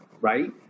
right